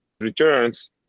returns